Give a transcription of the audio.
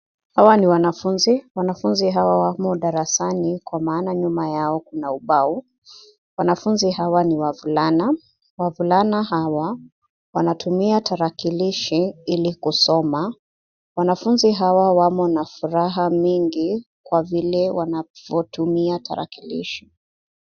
Hawa ni wanafunzi. Wanafunzi hawa wamo darasani kwa maana nyuma yao kuna ubao. Wanafunzi hawa ni wavulana. Wavulana hawa wanatumia tarakilishi ili kusoma. Wanafunzi hawa wamo na furaha nyingi kwa vile wanavyotumia tarakilishi.